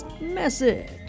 message